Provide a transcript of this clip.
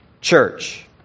church